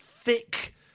thick